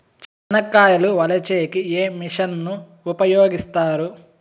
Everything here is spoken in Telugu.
చెనక్కాయలు వలచే కి ఏ మిషన్ ను ఉపయోగిస్తారు?